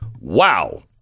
Wow